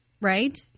right